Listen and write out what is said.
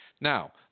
Now